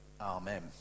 amen